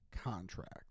contract